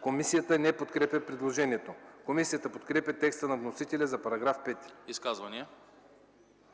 Комисията не подкрепя предложението. Комисията подкрепя текста на вносителя за § 5. ПРЕДСЕДАТЕЛ